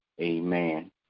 Amen